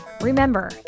Remember